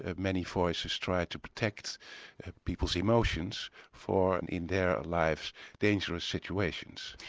ah many voices try to protect people's emotions for in their lives dangerous situations.